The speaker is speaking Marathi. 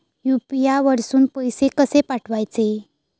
यू.पी.आय वरसून पैसे कसे पाठवचे?